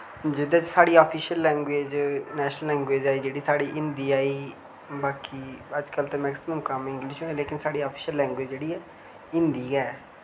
जेह्दे च साढ़ी आफिशियल लैंगुएज नैशनल लैंगुएज आई जेह्ड़ी साढ़ी हिंदी आई बाकी अज्जकल ते मैक्सिमम कम्म इंग्लिश न लेकिन साढ़ी आफिशियल लैंगुएज जेह्ड़ी ऐ हिंदी गै